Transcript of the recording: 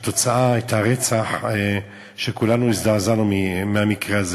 והתוצאה הייתה רצח שכולנו הזדעזענו ממנו.